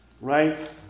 Right